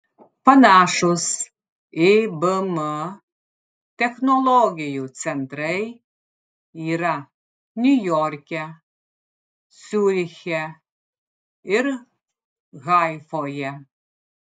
panašūs ibm technologijų centrai yra niujorke ciuriche ir haifoje